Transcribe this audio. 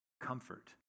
comfort